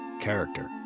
character